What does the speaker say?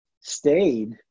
stayed